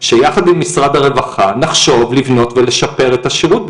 שיחד עם משרד הרווחה נחשוב לבנות ולשפר את השירות,